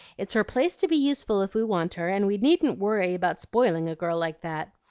it's her place to be useful if we want her, and we needn't worry about spoiling a girl like that.